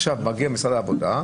מגיע משרד העבודה,